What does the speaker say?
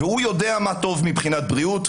והוא יודע מה טוב מבחינת בריאות,